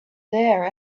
there